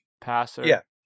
passer